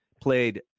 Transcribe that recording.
played